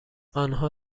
آنها